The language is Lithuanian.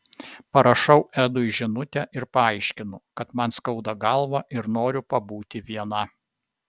parašau edui žinutę ir paaiškinu kad man skauda galvą ir noriu pabūti viena